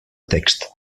text